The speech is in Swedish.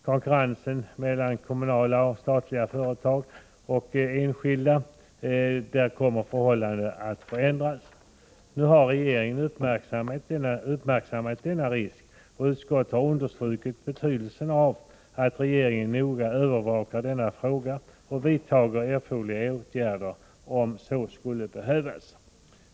Konkurrensförhållandet mellan å ena sidan kommunala och statliga företag och å andra sidan enskilda företag kommer att förändras. Nu har regeringen uppmärksammat denna risk. Utskottet har understrukit betydelsen av att regeringen noga övervakar denna fråga och vidtager de åtgärder som kan bli erforderliga.